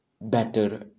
better